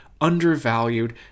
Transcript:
undervalued